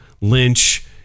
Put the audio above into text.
Lynch